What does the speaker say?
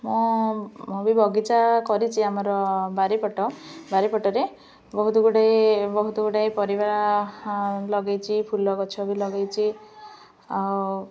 ମୁଁ ମୁଁ ବି ବଗିଚା କରିଛି ଆମର ବାରିପଟ ବାରିପଟରେ ବହୁତ ଗୁଡ଼ାଏ ବହୁତ ଗୁଡ଼ାଏ ପରିବା ଲଗେଇଛି ଫୁଲ ଗଛ ବି ଲଗେଇଛି ଆଉ